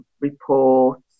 reports